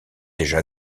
déjà